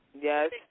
Yes